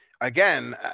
Again